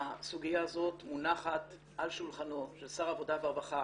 הסוגיה הזאת מונחת על שולחנו של שר העבודה והרווחה